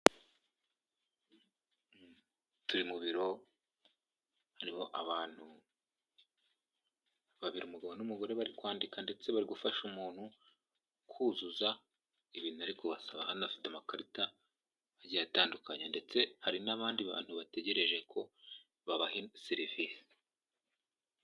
Turi mu biro, harimo abantu babiri umugabo n'umugore bari kwandika ndetse bari gufasha umuntu kuzuza ibintu ari kubasaba, hano bafite amakarita agiye atandukanye ndetse hari n'abandi bantu bategereje ko babaha serivisi.